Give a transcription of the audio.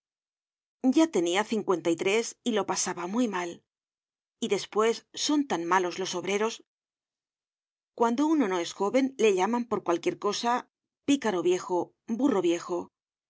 ya tenia cincuenta y tres y lo pasaba muy mal y despues son tan malos los obreros cuando uno no es jóven le llaman por cualquier cosa picaro viejo burro viejo